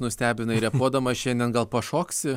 nustebinai repuodamas šiandien gal pašoksi